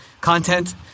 content